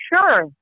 Sure